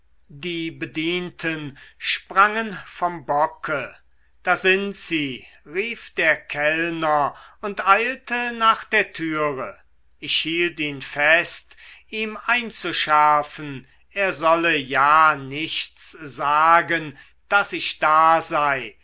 die bedienten sprangen vom bocke da sind sie rief der kellner und eilte nach der türe ich hielt ihn fest ihm einzuschärfen er solle ja nichts sagen daß ich da sei